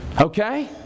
Okay